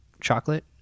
chocolate